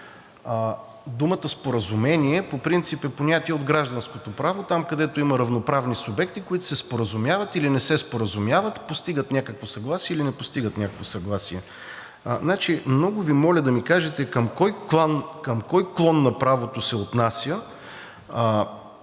Думата „споразумение“ по принцип е понятие от гражданското право – там, където има равноправни субекти, които се споразумяват или не се споразумяват, постигат някакво съгласие или не постигат някакво съгласие. Много Ви моля да ми кажете: към кой клон на правото се отнася